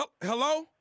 Hello